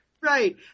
Right